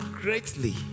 greatly